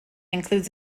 includes